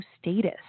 status